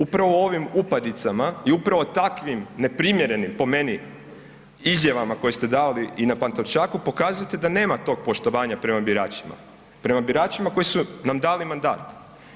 Upravo ovim upadicama i upravo takvim neprimjerenim, po meni, izjavama koje ste dali i na Pantovčaku, pokazujete da nema tog poštovanja prema biračima, prema biračima koji su nam dali mandat.